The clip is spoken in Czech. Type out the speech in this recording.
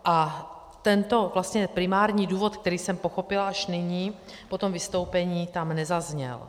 A tento vlastně primární důvod, který jsem pochopila až nyní po tom vystoupení, tam nezazněl.